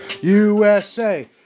USA